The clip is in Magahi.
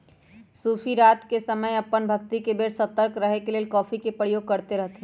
सूफी रात के समय अप्पन भक्ति के बेर सतर्क रहे के लेल कॉफ़ी के प्रयोग करैत रहथिन्ह